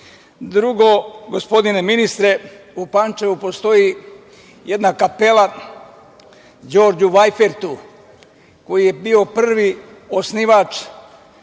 gospodine ministre, u Pančevu postoji jedna kapela Đorđu Vajfertu, koji je bio prvi osnivač